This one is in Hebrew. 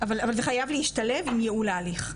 אבל זה חייב להשתלב עם ייעול ההליך.